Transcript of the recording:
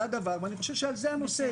זה הדבר, ואני חושב שזה הנושא.